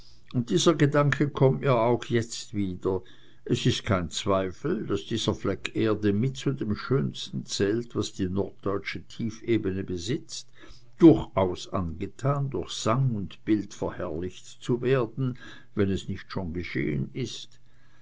und dieser gedanke kommt mir auch jetzt wieder es ist kein zweifel daß dieser fleck erde mit zu dem schönsten zählt was die norddeutsche tiefebene besitzt durchaus angetan durch sang und bild verherrlicht zu werden wenn es nicht schon geschehen ist